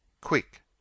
Quick